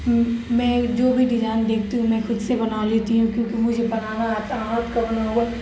میں جو بھی ڈیزائن دیکھتی ہوں میں خود سے بنا لیتی ہوں کیونکہ مجھے بنانا آتا ہے